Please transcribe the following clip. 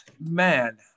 Man